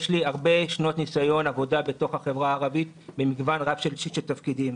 יש לי הרבה שעות ניסיון בעבודה בחברה הערבית במגוון רב של תפקידים.